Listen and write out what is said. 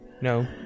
no